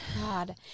God